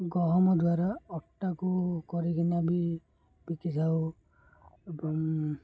ଗହମ ଦ୍ୱାରା ଅଟାକୁ କରିକିନା ବି ବିକିଯାଉ ଏବଂ